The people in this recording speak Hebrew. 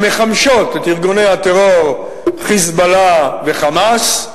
המחמשות את ארגוני הטרור "חיזבאללה" ו"חמאס",